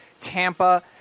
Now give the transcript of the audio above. Tampa